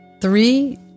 three